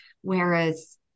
Whereas